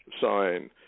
sign